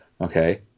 okay